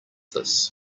this